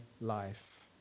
life